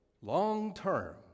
long-term